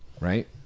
right